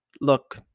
Look